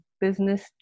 business